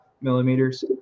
millimeters